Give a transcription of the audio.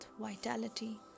vitality